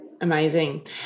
Amazing